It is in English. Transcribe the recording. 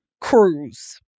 cruise